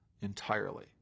entirely